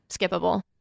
skippable